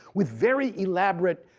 with very elaborate